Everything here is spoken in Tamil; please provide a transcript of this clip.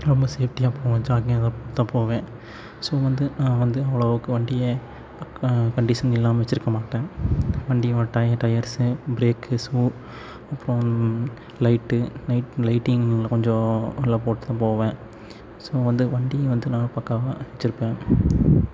ரொம்ப சேஃப்டியாக போவேன் ஜாக்கிரதையா தான் போவேன் ஸோ வந்து நான் வந்து அவ்வளோக்கு வண்டியை க கண்டீஷன் இல்லாமல் வச்சிருக்க மாட்டேன் வண்டியோடய டய டயர்ஸு ப்ரேக்கு ஷூ அப்பறம் லைட்டு நைட் லைட்டிங் கொஞ்சம் நல்லா போட்டுட்டு தான் போவேன் ஸோ வந்து வண்டியை வந்து நான் பக்காவாக வச்சிருப்பேன்